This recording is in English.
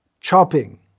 chopping